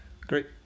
Great